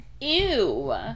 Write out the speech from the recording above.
Ew